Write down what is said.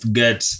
get